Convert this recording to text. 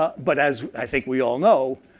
but as i think we all know,